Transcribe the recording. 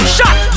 Shot